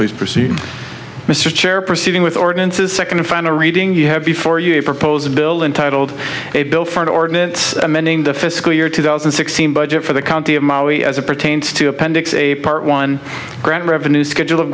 please proceed mr chair proceeding with ordinances second to find a reading you have before you propose a bill intitled a bill for the ordinance amending the fiscal year two thousand and sixteen budget for the county of maui as it pertains to appendix a part one grant revenue schedule of